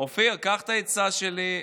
אופיר, קח את העצה שלי,